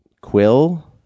Quill